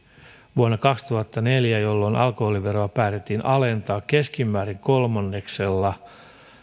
vuonna kaksituhattaneljä jolloin alkoholiveroa päätettiin alentaa keskimäärin kolmanneksella